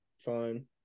fine